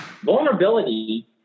Vulnerability